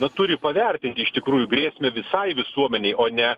bet turi pavertinti iš tikrųjų grėsmę visai visuomenei o ne